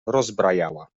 rozbrajała